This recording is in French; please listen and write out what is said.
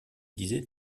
disais